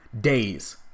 days